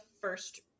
first